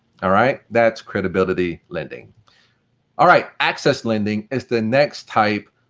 all right? that's credibility-lending. all right, access lending is the next type,